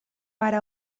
para